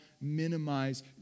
minimize